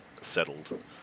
settled